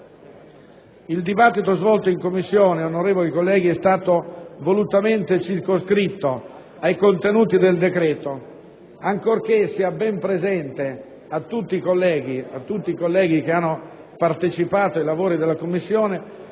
Il dibattito svolto in Commissione, onorevoli colleghi, è stato volutamente circoscritto ai contenuti del provvedimento, ancorché sia ben presente a tutti i colleghi che hanno partecipato ai lavori della Commissione